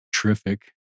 terrific